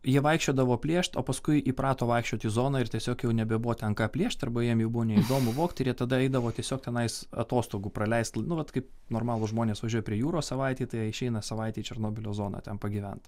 jie vaikščiodavo plėšt o paskui įprato vaikščiot į zoną ir tiesiog jau nebebuvo ten ką plėšt arba jiem jau buvo neįdomu vogt ir jie tada eidavo tiesiog tenais atostogų praleist nu vat kaip normalūs žmonės važiuoja prie jūros savaitei tai išeina savaitei į černobylio zoną ten pagyvent